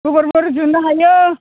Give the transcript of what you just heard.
गोबोरबो रुजुननो हायो